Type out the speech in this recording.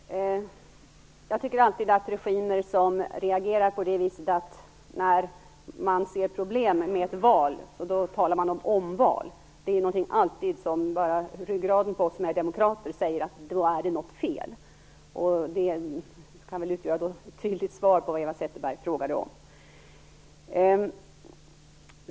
Herr talman! Jag tycker alltid att det är fel när regimer reagerar på det viset att man talar om omval när man ser problem med ett val. Det är någonting som ju finns i ryggraden på oss som är demokrater som då säger att någonting är fel. Det kan väl utgöra ett tydligt svar på det Eva Zetterberg frågade om.